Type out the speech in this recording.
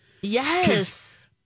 Yes